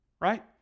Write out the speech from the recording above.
Right